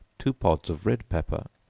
two pods of red pepper,